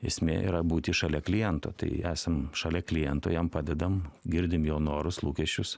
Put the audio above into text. esmė yra būti šalia kliento tai esam šalia kliento jam padedam girdim jo norus lūkesčius